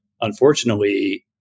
unfortunately